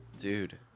Dude